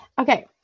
Okay